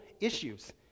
issues